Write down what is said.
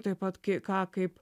taip pat kai ką kaip